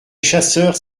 chasseurs